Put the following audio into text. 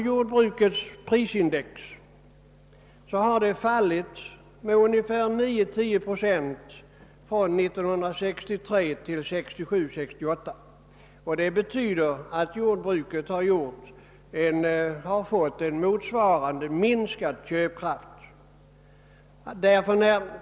Jordbrukets prisindex har fallit med 9—10 procent från 1963 68, och det betyder att jordbruket har fått en i motsvarande grad minskad köpkraft.